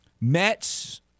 Mets